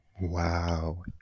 Wow